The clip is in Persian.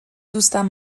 دوستم